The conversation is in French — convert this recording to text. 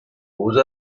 beaux